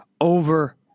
over